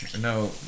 no